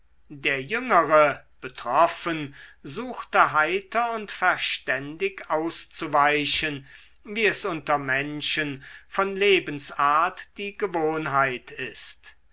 der jüngere betroffen suchte heiter und verständig auszuweichen wie es unter menschen von lebensart die gewohnheit ist